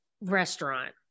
restaurant